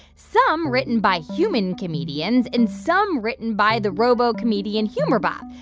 some written by human comedians and some written by the robo comedian humor bot.